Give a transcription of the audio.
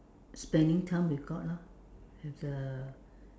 spending time with God lor with the